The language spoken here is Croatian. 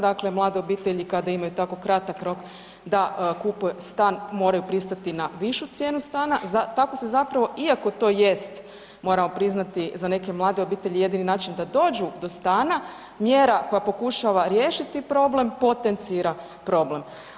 Dakle, mlade obitelji kada imaju tako kratak rok da kupuju stan moraju pristati na višu cijenu stana, tako se zapravo, iako to jest moramo priznati za neke mlade obitelji jedini način da dođu do stana, mjera koja pokušava riješiti problem potencira problem.